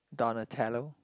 Donatello